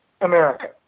America